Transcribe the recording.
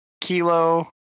Kilo